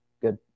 good